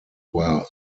were